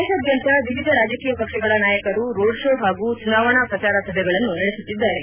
ದೇಶಾದ್ಯಂತ ವಿವಿಧ ರಾಜಕೀಯ ಪಕ್ಷಗಳ ನಾಯಕರು ರೋಡ್ಶೋ ಹಾಗೂ ಚುನಾವಣಾ ಪ್ರಚಾರ ಸಭೆಗಳನ್ನು ನಡೆಸುತ್ತಿದ್ದಾರೆ